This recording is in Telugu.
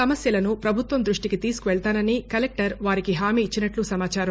సమస్యలను పభుత్వం దృష్టికి తీసుకెళ్తానని కలెక్టర్ వారికి హామీచ్చిన్నట్లు సమాచారం